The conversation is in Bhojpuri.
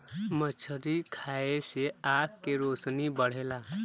मछरी खाये से आँख के रोशनी बढ़ला